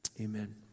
Amen